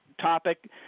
topic